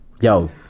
yo